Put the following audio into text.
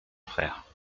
frère